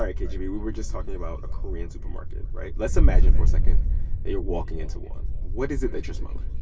ah k g b, we were just talking about a korean supermarket, right? let's imagine for a second that you're walking into one. what is it that you're smelling?